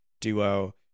duo